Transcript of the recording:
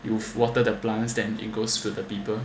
you water the plants then it goes for the people